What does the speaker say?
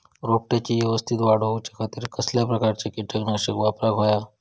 रोपट्याची यवस्तित वाढ जाऊच्या खातीर कसल्या प्रकारचा किटकनाशक वापराक होया?